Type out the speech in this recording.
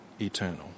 eternal